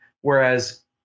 Whereas